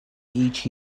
each